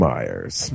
Myers